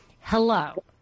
Hello